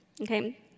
Okay